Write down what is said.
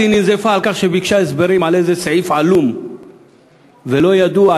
אז היא ננזפה על כך שביקשה הסברים על איזה סעיף עלום ולא ידוע,